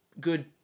good